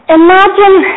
imagine